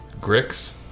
Grix